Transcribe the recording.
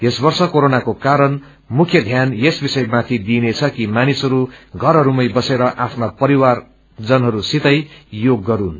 यस वर्ष कोरोनाको कारण मुख्य ध्यान यस विषयमाथि दिइनेछ कि मानिसहरू घरहरूमै बसेर आफ्ना परिजनहस्सितै योग गरूनु